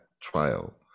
trial